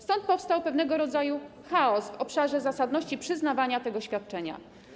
Stąd powstał pewnego rodzaju chaos w obszarze zasadności przyznawania tego świadczenia.